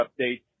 updates